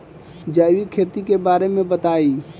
जैविक खेती के बारे में बताइ